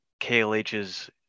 KLH's